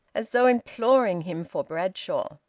as though imploring him for bradshaw.